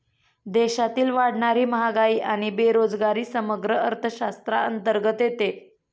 देशातील वाढणारी महागाई आणि बेरोजगारी समग्र अर्थशास्त्राअंतर्गत येते